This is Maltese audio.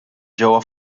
ġewwa